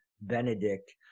benedict